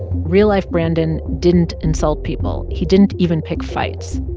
real-life brandon didn't insult people. he didn't even pick fights.